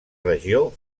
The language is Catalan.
regió